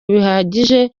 bihagije